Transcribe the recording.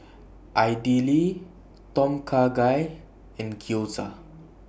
Idili Tom Kha Gai and Gyoza